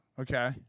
Okay